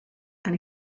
han